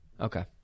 Okay